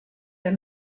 der